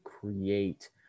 create